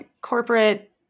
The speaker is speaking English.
corporate